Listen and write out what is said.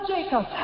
Jacob